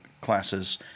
classes